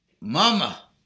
Mama